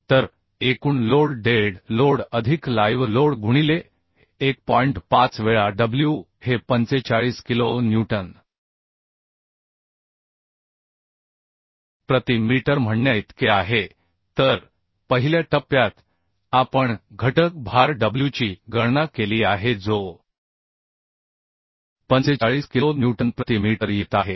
तर एकूण load dead load अधिक लाइव्ह लोड गुणिले 1 5 वेळा डब्ल्यू हे 45 किलो न्यूटन प्रति मीटर म्हणण्या इतके आहे तर पहिल्या टप्प्यात आपण घटक भार डब्ल्यूची गणना केली आहे जो 45 किलो न्यूटन प्रति मीटर येत आहे